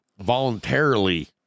voluntarily